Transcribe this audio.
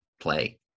play